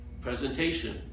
presentation